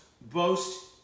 boast